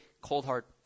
cold-heart